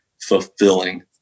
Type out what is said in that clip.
fulfilling